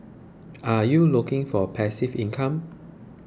are you looking for passive income